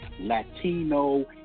Latino